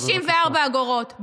54 אגורות.